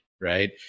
Right